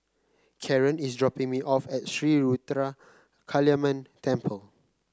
Karren is dropping me off at Sri Ruthra Kaliamman Temple